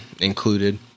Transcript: included